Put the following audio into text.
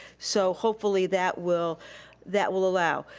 so hopefully that will that will allow.